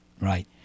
right